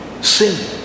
Sin